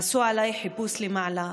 עשו עליי חיפוש למעלה,